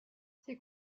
ces